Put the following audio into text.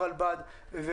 הרלב"ד,